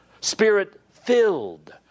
spirit-filled